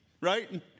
Right